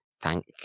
thank